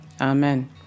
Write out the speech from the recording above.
Amen